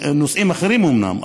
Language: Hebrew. נושאים אחרים אומנם,